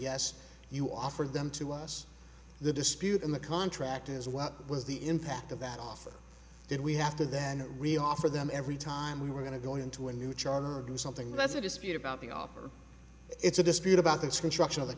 yes you offered them to us the dispute in the contract is what was the impact of that offer did we have to then re offer them every time we were going to go into a new charter or do something that's a dispute about the offer it's a dispute about this construction of the